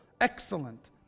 excellent